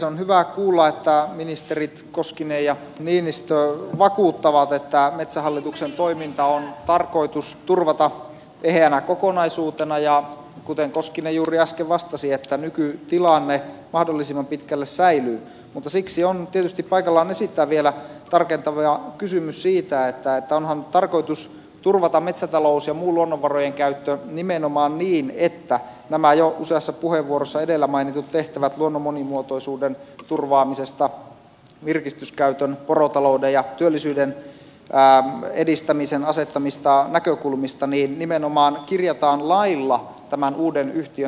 on hyvä kuulla että ministerit koskinen ja niinistö vakuuttavat että metsähallituksen toiminta on tarkoitus turvata eheänä kokonaisuutena ja kuten koskinen juuri äsken vastasi nykytilanne mahdollisimman pitkälle säilyy mutta siksi on tietysti paikallaan esittää vielä tarkentava kysymys siitä että onhan tarkoitus turvata metsätalous ja muu luonnonvarojen käyttö nimenomaan niin että nämä jo useassa puheenvuorossa edellä mainitut tehtävät luonnon monimuotoisuuden turvaamisesta virkistyskäytön porotalouden ja työllisyyden edistämisen asettamista näkökulmista nimenomaan kirjataan lailla tämän uuden yhtiön tehtäviksi